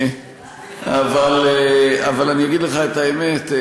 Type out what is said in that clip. אבל אני אגיד לך את האמת,